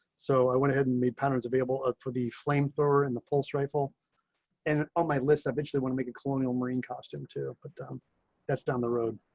so i went ahead and meet patterns available for the flame thrower, and the pulse rifle and on my list. i eventually want to make a colonial marine costume to put down that's down the road.